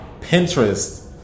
Pinterest